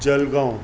Jalgaon